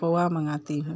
पोहा मंगाती हूँ